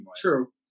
True